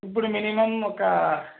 ఇప్పుడు మినిమం ఒక